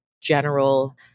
general